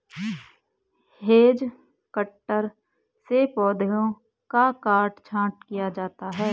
hedge cutter से पौधों का काट छांट किया जाता है